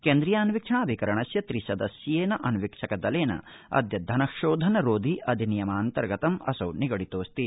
केन्द्रीयान्वीक्षणाभिकरणस्य त्रिसदस्यीयेन अन्वीक्षकदलेन अद्य धनशोधन रोधि अधिनियमान्तर्गतम् असौ निगडितोऽस्ति